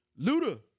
Luda